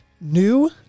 New